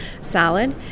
salad